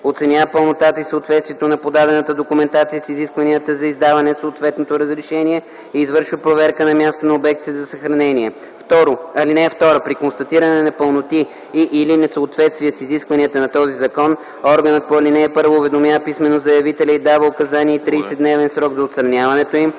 оценява пълнотата и съответствието на подадената документация с изискванията за издаване на съответното разрешение и извършва проверка на място на обектите за съхранение. (2) При констатиране на непълноти и/или несъответствия с изискванията на този закон органът по ал. 1 уведомява писмено заявителя и дава указания и 30-дневен срок за отстраняването им,